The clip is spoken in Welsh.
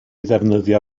ddefnyddio